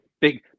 big